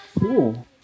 cool